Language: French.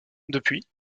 depuis